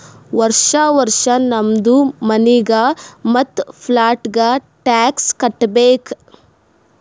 ವರ್ಷಾ ವರ್ಷಾ ನಮ್ದು ಮನಿಗ್ ಮತ್ತ ಪ್ಲಾಟ್ಗ ಟ್ಯಾಕ್ಸ್ ಕಟ್ಟಬೇಕ್